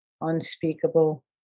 unspeakable